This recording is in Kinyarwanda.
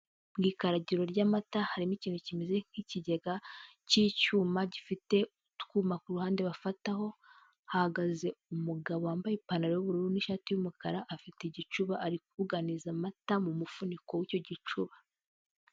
Mu ikaragiro ry'amata harimo ikintu kimeze nk'ikigega cy'icyuma gifite utwuma ku ruhande bafataho, hahagaze umugabo wambaye ipantaro y'ubururu n'ishati y'umukara, afite igicuba ari kuganiza amata mu mufuniko w'icyo gicuba.